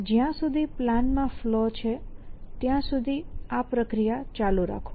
જ્યાં સુધી પ્લાન માં ફલૉ છે ત્યાં સુધી આ પ્રક્રિયા ચાલુ રાખો